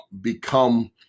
become